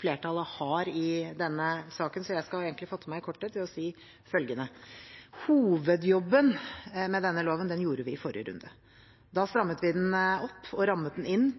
flertallet har i denne saken, så jeg skal egentlig fatte meg i korthet ved å si følgende: Hovedjobben med denne loven gjorde vi i forrige runde. Da strammet vi den opp og rammet den inn